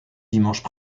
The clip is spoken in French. dimanches